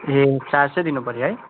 ए चार सय दिनु पर्यो है